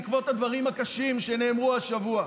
בעקבות הדברים הקשים שנאמרו השבוע,